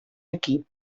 equip